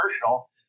commercial